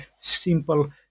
simple